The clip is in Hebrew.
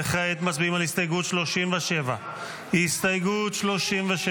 וכעת מצביעים על הסתייגות 37. הסתייגות 37,